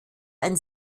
ein